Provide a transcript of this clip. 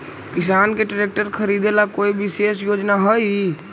किसान के ट्रैक्टर खरीदे ला कोई विशेष योजना हई?